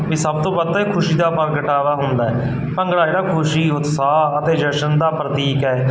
ਵੀ ਸਭ ਤੋਂ ਵੱਧ ਤਾਂ ਇਹ ਖੁਸ਼ੀ ਦਾ ਪ੍ਰਗਟਾਵਾ ਹੁੰਦਾ ਭੰਗੜਾ ਜਿਹੜਾ ਖੁਸ਼ੀ ਉਤਸ਼ਾਹ ਅਤੇ ਜਸ਼ਨ ਦਾ ਪ੍ਰਤੀਕ ਹੈ